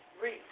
Read